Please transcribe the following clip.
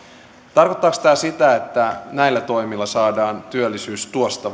tarkoittaako tämä sitä että näillä toimilla saadaan työllisyys tuosta